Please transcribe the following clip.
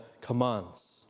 commands